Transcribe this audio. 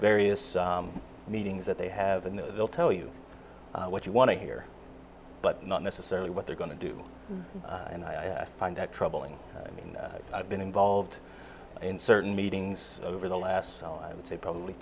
various meetings that they have and they'll tell you what you want to hear but not necessarily what they're going to do and i find that troubling i mean i've been involved in certain meetings over the last i would say probably